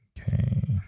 Okay